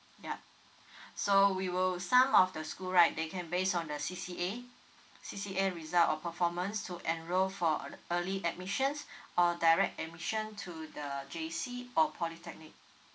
yup so we will some of the school right they can based on the C_C_A C_C_A result or performance to enrol for ear~ early admissions or direct admission to the J_C or polytechnic